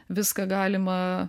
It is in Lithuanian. viską galima